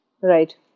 Right